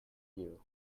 you